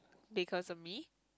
because of me